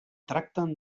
tracten